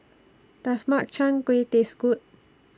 Does Makchang Gui Taste Good